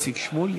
איציק שמולי.